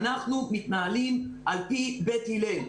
אנחנו מתנהלים על-פי בית הילל.